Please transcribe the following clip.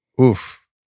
oof